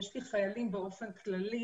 יש לי חיילים באופן כללי.